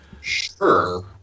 sure